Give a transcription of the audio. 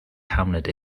hamlet